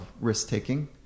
risk-taking